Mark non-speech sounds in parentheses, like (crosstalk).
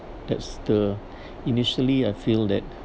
that's the (breath) initially I feel that